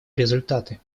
результаты